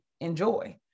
enjoy